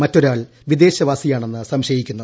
മറ്റൊരാൾ വിദേശിയാണെന്ന് സംശയിക്കുന്നു